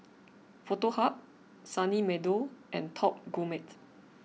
Foto Hub Sunny Meadow and Top Gourmet